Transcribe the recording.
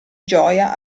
gioia